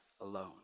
alone